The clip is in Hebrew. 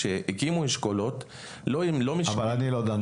כשהקימו אשכולות --- אני לא דן עכשיו באשכולות.